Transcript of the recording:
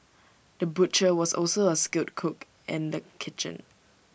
the butcher was also A skilled cook in the kitchen